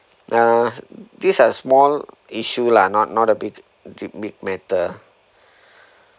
uh these are small issue lah not not a big dea~ big matter